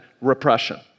repression